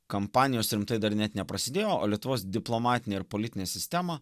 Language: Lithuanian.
kampanijos rimtai dar net neprasidėjo o lietuvos diplomatinę ir politinę sistemą